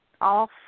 off